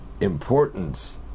importance